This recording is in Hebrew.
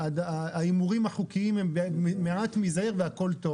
ההימורים החוקיים הם מעט מזער והכול טוב?